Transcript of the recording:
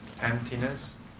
emptiness